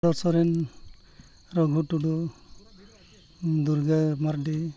Soren Raghu Tudu Durga Mardi